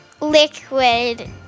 liquid